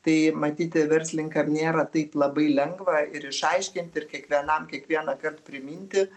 tai matyti verslininką nėra taip labai lengva ir išaiškint ir kiekvienam kiekvienąkart priminti